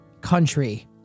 country